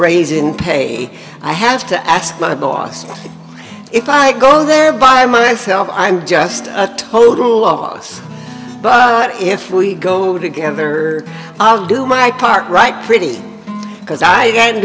raise in pay i have to ask my boss if i go there by myself i'm just a total loss but if we go together i'll do my part right pretty because i don't